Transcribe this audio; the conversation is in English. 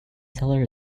cellar